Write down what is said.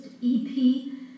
EP